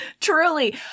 Truly